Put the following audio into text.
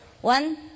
One